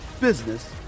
business